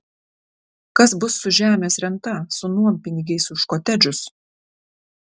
kas bus su žemės renta su nuompinigiais už kotedžus